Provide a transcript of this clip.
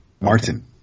Martin